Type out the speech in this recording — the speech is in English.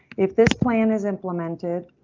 if this plan is implemented,